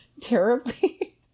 terribly